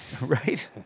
right